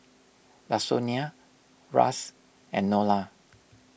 Lasonya Ras and Nola